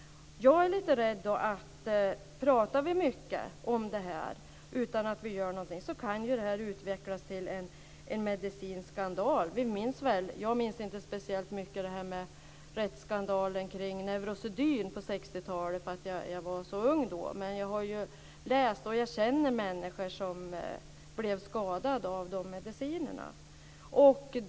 Jag är lite rädd för att om vi pratar mycket om det här utan att göra någonting så kan det utvecklas till en medicinsk skandal. Vi minns väl, även om jag själv inte minns speciellt mycket, det här med neurosedyn på 60-talet. Jag var så ung då, men jag har ju läst. Jag känner också människor som blev skadade av de medicinerna.